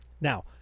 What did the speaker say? Now